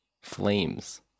flames